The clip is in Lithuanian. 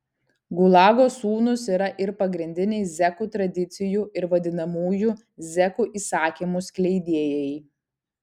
gulago sūnūs yra ir pagrindiniai zekų tradicijų ir vadinamųjų zekų įsakymų skleidėjai